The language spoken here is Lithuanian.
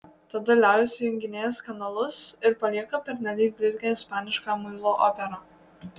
tada liaujasi junginėjęs kanalus ir palieka pernelyg blizgią ispanišką muilo operą